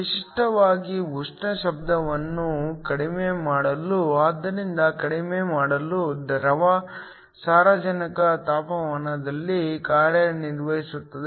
ವಿಶಿಷ್ಟವಾಗಿ ಉಷ್ಣ ಶಬ್ದವನ್ನು ಕಡಿಮೆ ಮಾಡಲು ಆದ್ದರಿಂದ ಕಡಿಮೆ ಮಾಡಲು ದ್ರವ ಸಾರಜನಕ ತಾಪಮಾನದಲ್ಲಿ ಕಾರ್ಯನಿರ್ವಹಿಸಲಾಗುತ್ತದೆ